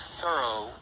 thorough